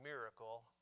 miracle